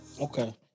Okay